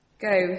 Go